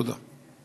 תודה.